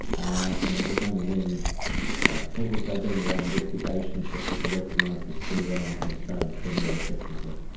and it was only when people started doing the right investigations that people recognised this syndrome and started treating it effectively.